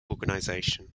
organization